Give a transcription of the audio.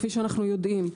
כפי שאנחנו יודעים,